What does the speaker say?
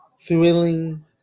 thrilling